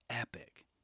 Epic